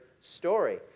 story